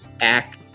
act